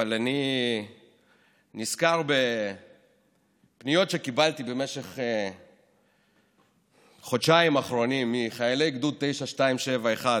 אבל אני נזכר בפניות שקיבלתי במשך החודשיים האחרונים מחיילי גדוד 9271,